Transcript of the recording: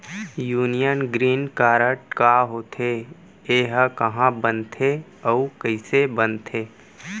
Union green card का होथे, एहा कहाँ बनथे अऊ कइसे बनथे?